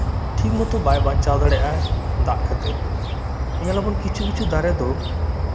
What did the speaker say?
ᱴᱷᱤᱠᱢᱚᱛᱚ ᱵᱟᱭ ᱵᱟᱧᱪᱟᱣ ᱫᱟᱲᱤᱭᱟᱜ ᱟ ᱫᱟᱜ ᱠᱷᱟᱹᱛᱤᱨ ᱧᱮᱞᱟᱵᱩᱱ ᱠᱤᱪᱷᱩ ᱠᱤᱪᱷᱩ ᱫᱟᱨᱮ ᱫᱚ